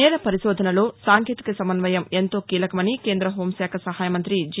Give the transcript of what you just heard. నేర పరిశోధనలో సాంకేతిక సమన్వయం ఎంతో కీలకమని కేంద్ర హోంశాఖ సహాయమంత్రి జి